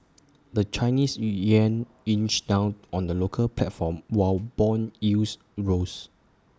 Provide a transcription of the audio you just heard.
the Chinese Yuan inched down on the local platform while Bond yields rose